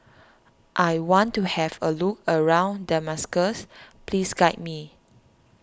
I want to have a look around Damascus please guide me